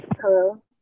Hello